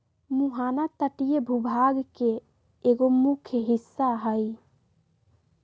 मुहाना तटीय भूभाग के एगो मुख्य हिस्सा हई